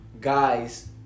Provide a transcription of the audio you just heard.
guys